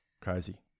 Crazy